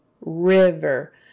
river